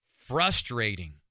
frustrating